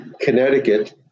Connecticut